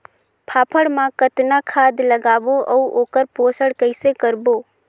फाफण मा कतना खाद लगाबो अउ ओकर पोषण कइसे करबो?